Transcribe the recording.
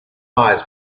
eyes